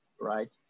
right